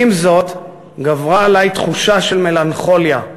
ועם זאת גברה עלי תחושה של מלנכוליה.